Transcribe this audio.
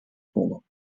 pollen